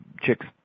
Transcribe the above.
chicks